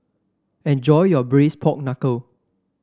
enjoy your Braised Pork Knuckle